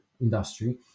industry